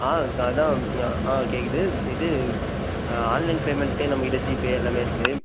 ஆ ச அதுதான் கேட்குது இது ஆன்லைன் பேமெண்ட்லையே நம்ம கிட்ட ஜிபே எல்லாமே இருக்குது